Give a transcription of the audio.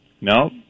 No